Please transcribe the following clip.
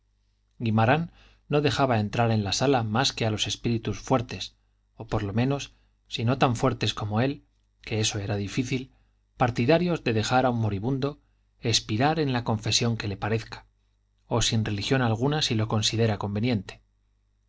guimarán no dejaba entrar en la sala más que a los espíritus fuertes o por lo menos si no tan fuertes como él que eso era difícil partidarios de dejar a un moribundo espirar en la confesión que le parezca o sin religión alguna si lo considera conveniente